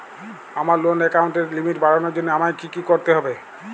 আমার লোন অ্যাকাউন্টের লিমিট বাড়ানোর জন্য আমায় কী কী করতে হবে?